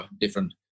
different